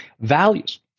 Values